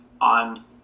on